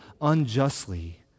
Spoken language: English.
unjustly